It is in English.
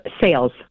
Sales